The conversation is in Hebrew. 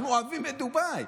אנחנו אוהבים את דובאי,